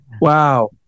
Wow